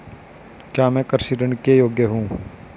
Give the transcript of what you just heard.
क्या मैं कृषि ऋण के योग्य हूँ?